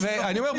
--- ואני אומר,